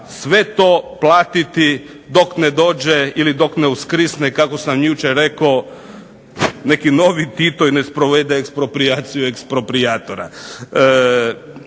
sve to platiti dok ne dođe ili dok ne uskrsne kako sam jučer rekao neki novi Tito i ne sprovede eksproprijaciju eksproprijatora.